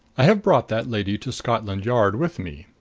i have brought that lady to scotland yard with me.